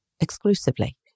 exclusively